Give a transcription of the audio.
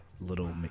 Little